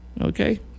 Okay